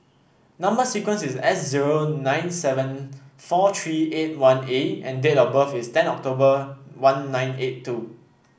number sequence is S zero nine seven four three eight one A and date of birth is ten October one nine eight two